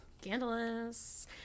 Scandalous